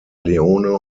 leone